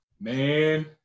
man